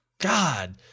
God